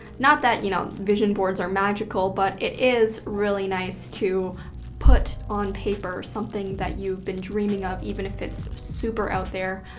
not that you know vision boards are magical but it is really nice to put on paper something that you've you've been dreaming of even if it's super out there.